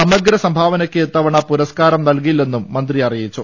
സമഗ്ര സംഭാവനക്ക് ഇത്തവണ പുരസ്കാരം നൽകില്ലെന്നും മന്ത്രി അറിയിച്ചു